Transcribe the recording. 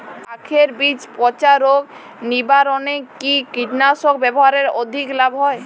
আঁখের বীজ পচা রোগ নিবারণে কি কীটনাশক ব্যবহারে অধিক লাভ হয়?